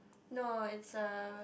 no is a